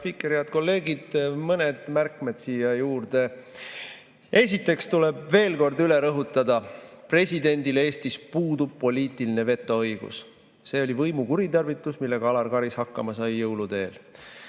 spiiker! Head kolleegid! Mõned märkmed siia juurde. Esiteks tuleb veel kord üle rõhutada: presidendil Eestis puudub poliitiline vetoõigus. See oli võimu kuritarvitus, millega Alar Karis hakkama sai jõulude eel.